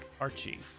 archie